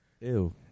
Ew